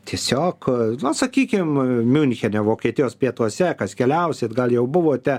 tiesiog na sakykim miunchene vokietijos pietuose kas keliausit gal jau buvote